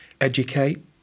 educate